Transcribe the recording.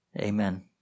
Amen